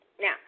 Now